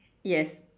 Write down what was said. yes